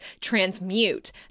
transmute